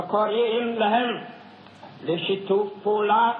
וקוראים להם לשיתוף פעולה